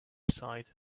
side